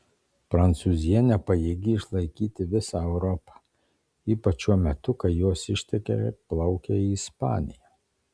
prancūzija nepajėgi išlaikyti visą europą ypač šiuo metu kai jos ištekliai plaukia į ispaniją